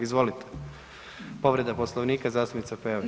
Izvolite, povreda Poslovnika zastupnica Peović.